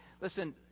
listen